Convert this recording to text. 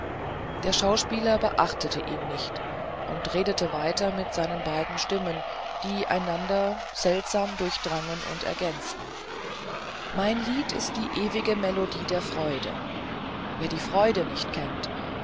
der schauspieler beachtete ihn nicht und redete weiter mit seinen beiden stimmen die einander so seltsam durchdrangen und ergänzten mein lied ist eine ewige melodie der freude wer die freude nicht kennt